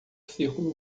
círculo